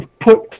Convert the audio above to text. put